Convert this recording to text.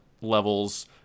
levels